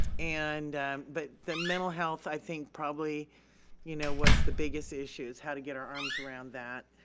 and but the mental health, i think, probably you know was the biggest issue was how to get our arms around that.